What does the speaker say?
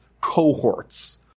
cohorts